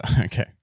okay